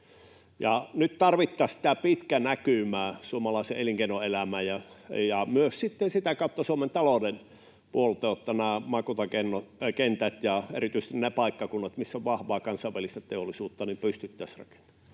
Nyt tarvittaisiin sitä pitkää näkymää suomalaiseen elinkeinoelämään ja myös sitten sitä kautta Suomen talouden puoltoa, jotta nämä maakuntakentät ja erityisesti ne paikkakunnat, missä on vahvaa kansainvälistä teollisuutta, pystyttäisiin rakentamaan.